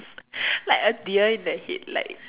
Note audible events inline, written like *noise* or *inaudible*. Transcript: *laughs* like a deer in the head like